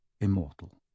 immortal